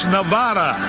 Nevada